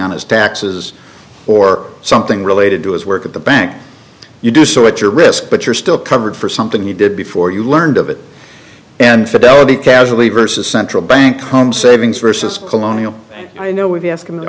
on his taxes or something related to his work at the bank you do so at your risk but you're still covered for something you did before you learned of it and fidelity casually versus central bank home savings versus colonial i know we've been asking the